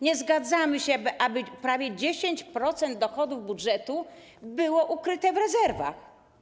Nie zgadzamy się, aby prawie 10% dochodów budżetu było ukryte w rezerwach.